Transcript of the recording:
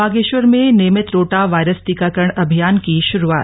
बागेश्वर में नियमित rotavirus टीकाकरण अभियान की शुरुआत